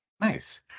Nice